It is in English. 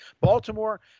Baltimore